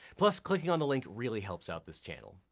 plus, clicking on the link really helps out this channel.